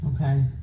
Okay